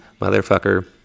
motherfucker